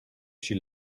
she